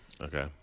Okay